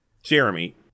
Jeremy